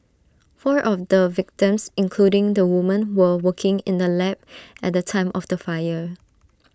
four of the victims including the woman were working in the lab at the time of the fire